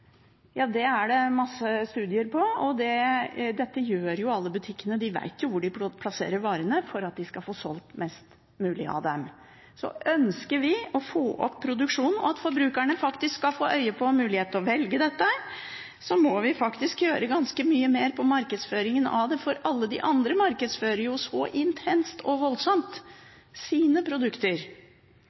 Ja, det er det masse studier av, og dette gjør alle butikkene. De vet jo hvor de plasserer varene for at de skal få solgt mest mulig av dem. Så ønsker vi å få opp produksjonen, og for at forbrukerne faktisk skal få øye på og mulighet til å velge dette, må vi gjøre ganske mye mer med markedsføringen av det, for alle de andre markedsfører jo så intenst og voldsomt sine produkter.